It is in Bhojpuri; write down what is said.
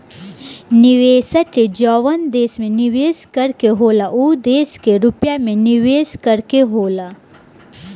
निवेशक के जवन देश में निवेस करे के होला उ देश के रुपिया मे निवेस करे के होला